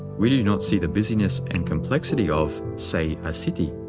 we do not see the busyness and complexity of, say, a city.